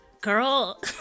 Girl